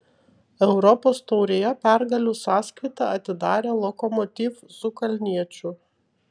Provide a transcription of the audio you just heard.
europos taurėje pergalių sąskaitą atidarė lokomotiv su kalniečiu